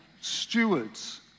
stewards